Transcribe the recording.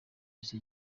yesu